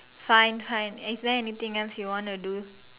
fine fine is there anything else you want to do